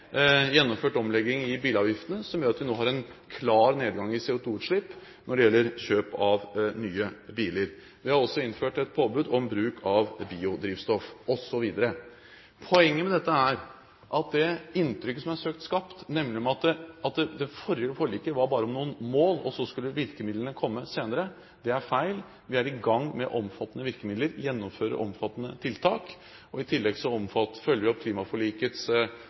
gjennomført en omlegging i bilavgiftene, som gjør at vi nå har en klar nedgang i CO2-utslipp når det gjelder kjøp av nye biler. Vi har også innført et påbud om bruk av biodrivstoff, osv. Poenget med dette er at det inntrykket som er søkt skapt – nemlig at det forrige forliket bare var noen mål, og så skulle virkemidlene komme senere – er feil. Vi er i gang med omfattende virkemidler, vi gjennomfører omfattende tiltak, og i tillegg følger vi opp klimaforlikets